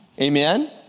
amen